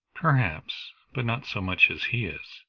perhaps, but not so much as he is.